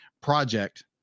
project